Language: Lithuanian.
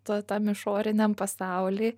to tam išoriniam pasauly